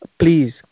Please